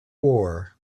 war